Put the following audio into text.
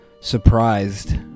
surprised